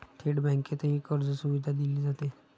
थेट बँकेतही कर्जसुविधा दिली जाते